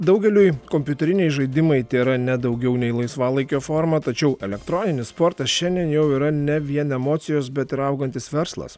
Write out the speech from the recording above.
daugeliui kompiuteriniai žaidimai tėra ne daugiau nei laisvalaikio forma tačiau elektroninis sportas šiandien jau yra ne vien emocijos bet ir augantis verslas